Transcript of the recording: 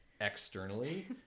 externally